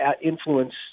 influence